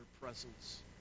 presence